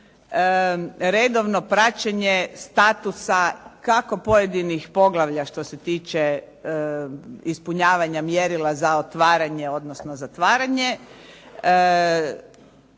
redovno praćenje statusa kako pojedinih poglavlja što se tiče ispunjavanja mjerila za otvaranje, odnosno zatvaranje